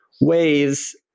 ways